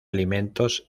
alimentos